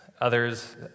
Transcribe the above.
Others